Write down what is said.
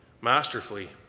masterfully